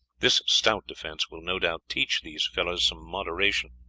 this stout defence will no doubt teach these fellows some moderation,